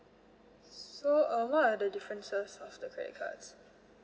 so um what are the differences of the credit cards